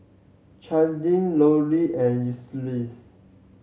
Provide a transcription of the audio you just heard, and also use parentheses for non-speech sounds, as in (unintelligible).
(unintelligible) Lori and Ulysses